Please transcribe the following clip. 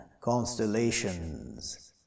constellations